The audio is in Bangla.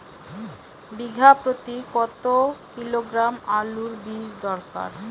বিঘা প্রতি কত কিলোগ্রাম আলুর বীজ দরকার?